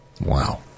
Wow